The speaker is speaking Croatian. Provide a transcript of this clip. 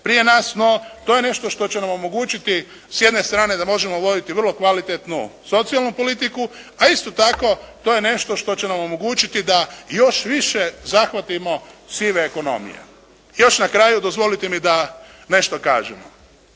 prije nas no to je nešto što će nam omogućiti s jedne strane da možemo voditi vrlo kvalitetnu socijalnu politiku a isto tako to je nešto što će nam omogućiti da još više zahvatimo sive ekonomije. Još na kraju dozvolite mi da nešto kažem.